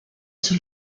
sur